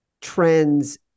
trends